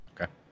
Okay